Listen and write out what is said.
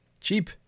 cheap